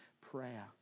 prayer